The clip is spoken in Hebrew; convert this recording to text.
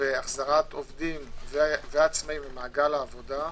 והחזרת עובדים ועצמאיים למעגל העבודה,